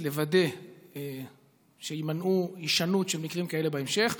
כדי לוודא שתימנע הישנות מקרים כאלה בהמשך,